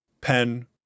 pen